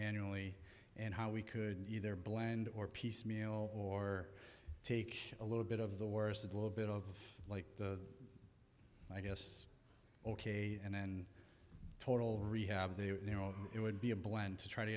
only and how we could either blend or piecemeal or take a little bit of the worst a little bit of like the i guess ok and then total rehab there you know it would be a blend to try to